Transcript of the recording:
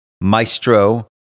Maestro